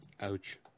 Ouch